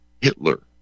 Hitler